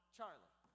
Charlie